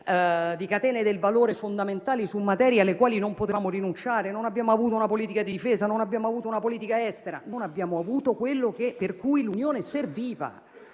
di catene del valore fondamentali su materie alle quali non potevamo rinunciare; non abbiamo avuto una politica di difesa, non abbiamo avuto una politica estera, non abbiamo avuto quello per cui l'Unione serviva.